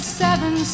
seven